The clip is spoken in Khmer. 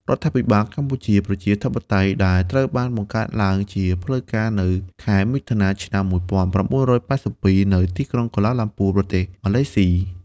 រដ្ឋាភិបាលកម្ពុជាប្រជាធិបតេយ្យ ដែលត្រូវបានបង្កើតឡើងជាផ្លូវការនៅខែមិថុនា ឆ្នាំ១៩៨២ នៅទីក្រុងកូឡាឡាំពួរ ប្រទេសម៉ាឡេស៊ី។